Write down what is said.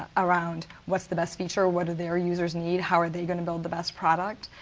around what's the best feature? what do their users need? how are they going to build the best product?